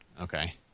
okay